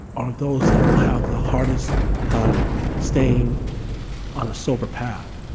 are those that have the hardest time staying on a sober path.